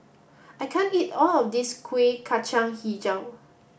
I can't eat all of this Kuih Kacang Hijau